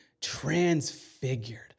transfigured